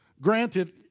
Granted